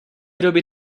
doby